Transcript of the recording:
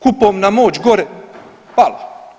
Kupovna moć gore, pala.